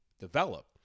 develop